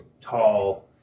tall